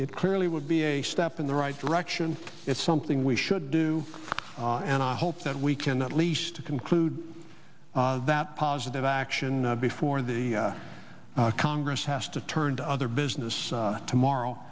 it clearly would be a step in the right direction it's something we should do and i hope that we can at least to conclude that positive action before the congress has to turn to other business tomorrow